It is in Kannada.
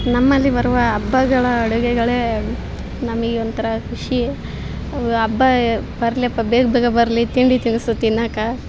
ನಮ್ಮಲ್ಲಿ ಬರುವ ಹಬ್ಬಗಳ ಅಡುಗೆಗಳೇ ನಮಗೆ ಒಂಥರ ಖುಷಿ ಹಬ್ಬ ಬರಲಿಯಪ್ಪ ಬೇಗ ಬೇಗ ಬರಲಿ ತಿಂಡಿ ತಿನಿಸು ತಿನ್ನಕ್ಕೆ